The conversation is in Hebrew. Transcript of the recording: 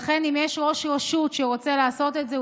לכן אם יש ראש רשות שרוצה לעשות את זה,